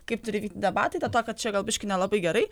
kaip turi vykti debatai dėl to kad čia gal biškį nelabai gerai